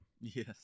Yes